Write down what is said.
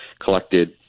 collected